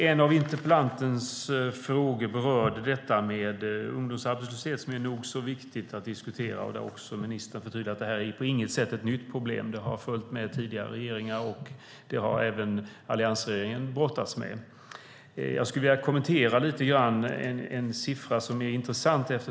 En av interpellantens frågor berörde ungdomsarbetslösheten, vilken är nog så viktig att diskutera. Ministern förtydligade också att detta på inget sätt är ett nytt problem. Det har följt med tidigare regeringar, och det har även alliansregeringen brottats med. Jag skulle lite grann vilja kommentera en siffra som är intressant.